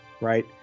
right